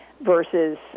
versus